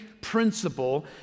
principle